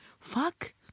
Fuck